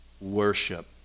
worship